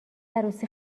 عروسی